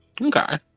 Okay